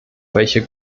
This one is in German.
welcher